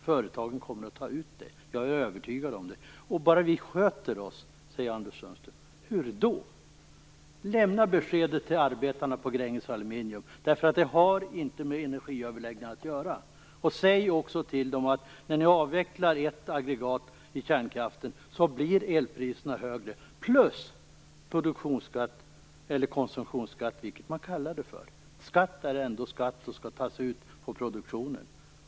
Företagen kommer att ta ut den, det är jag övertygad om. Anders Sundström säger att om vi bara sköter oss blir det som han säger. Hur då? Lämna beskedet till arbetarna på Gränges Aluminium, därför att detta inte har med energiöverläggningarna att göra. Säg också till dem att när ni avvecklar ett kärnkraftsaggregat blir elpriserna högre plus att det blir en produktionsskatt eller konsumtionsskatt beroende på vad man kallar den. Skatt är ändå skatt och skall tas ut på produktionen.